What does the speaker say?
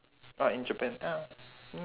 uh in japan ah